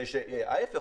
ההיפך,